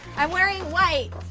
i'm wearing white.